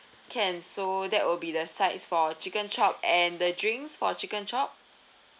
can so that will be the sides for chicken chop and the drinks for chicken chop